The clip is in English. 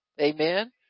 Amen